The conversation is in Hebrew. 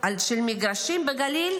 של מגרשים בגליל,